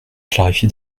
clarifier